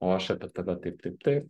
o aš apie tave taip taip taip